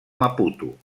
maputo